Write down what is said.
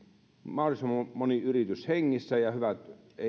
mahdollisimman moni yritys hengissä ei